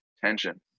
tension